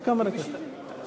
רבותי חברי הכנסת,